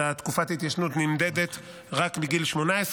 אז תקופת ההתיישנות נמדדת רק בגיל 18,